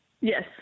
Yes